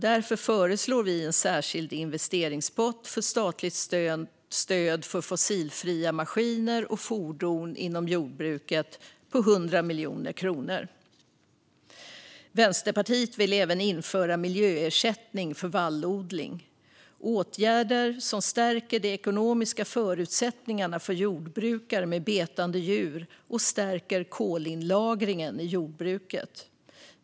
Därför föreslår vi en särskild investeringspott för statligt stöd för fossilfria maskiner och fordon inom jordbruket på 100 miljoner kronor. Vänsterpartiet vill även införa miljöersättning för vallodling. Åtgärden stärker de ekonomiska förutsättningarna för jordbrukare med betande djur och stärker kolinlagringen i jordbruket.